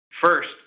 First